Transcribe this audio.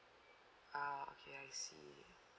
ah okay I see